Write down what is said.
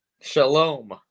Shalom